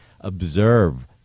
observe